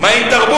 מה עם תרבות?